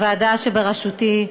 הוועדה בראשותי,